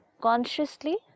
consciously